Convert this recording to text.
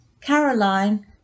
Caroline